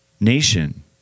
nation